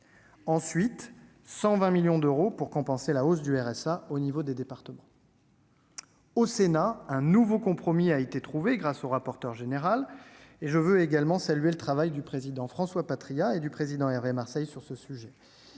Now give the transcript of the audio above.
ont voté 120 millions d'euros pour compenser la hausse du RSA au niveau des départements. Au Sénat, un nouveau compromis a été trouvé grâce au rapporteur général Jean-François Husson. Je veux également saluer le travail du président François Patriat et du président Hervé Marseille sur ce sujet.